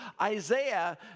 Isaiah